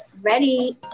ready